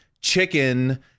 chicken